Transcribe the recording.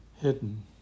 hidden